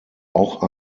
auch